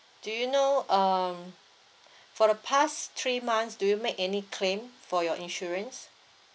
do you know um for the past three months do you make any claim for your insurance